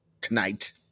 tonight